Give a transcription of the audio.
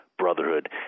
Brotherhood